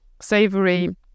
savory